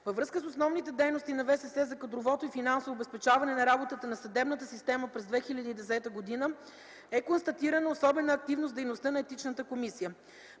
Във връзка с основните дейности на ВСС за кадровото и финансово обезпечаване на работата на съдебната система през 2010 г. е констатирана особена активност в дейността на Етичната комисия.